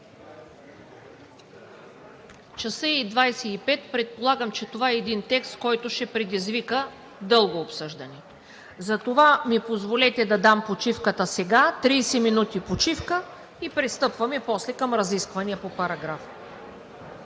Часът е 11,25. Предполагам, че това е един текст, който ще предизвика дълго обсъждане, затова ми позволете да дам почивката сега. Тридесет минути почивка. След това пристъпваме към разисквания по параграфа.